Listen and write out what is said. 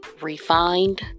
refined